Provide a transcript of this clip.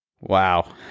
Wow